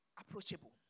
approachable